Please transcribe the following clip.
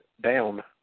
down